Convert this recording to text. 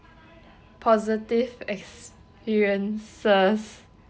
positive experiences